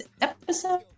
episode